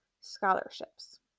scholarships